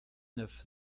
neuf